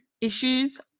issues